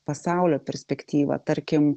pasaulio perspektyvą tarkim